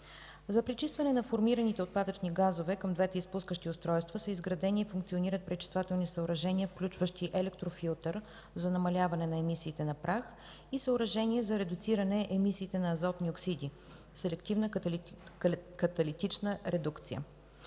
За пречистване на формираните отпадъчни газове към двете изпускащи устройства са изградени и функционират пречиствателни съоръжения, включващи електрофилтър за намаляване на емисиите на прах и съоръжения за редуциране емисиите на азотни оксиди, селективна каталитична редукция.